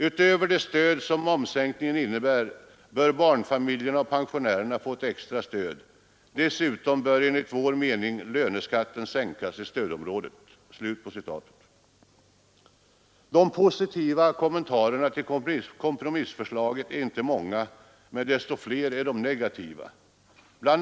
Utöver det stöd som momssänkningen innebär bör barnfamiljerna och pensionärerna få ett extra stöd. Dessutom bör enligt vår mening löneskatten sänkas i stödområdet.” De positiva kommentarerna till kompromissförslaget är inte många, men desto fler är de negativa. Bl.